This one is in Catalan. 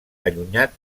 allunyat